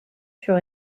sur